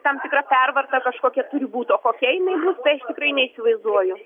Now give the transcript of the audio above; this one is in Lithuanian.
tam tikra pervarta kažkokia būtų o kokia jinai bus tai aš tikrai neįsivaizduoju